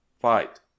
Fight